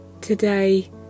today